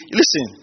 listen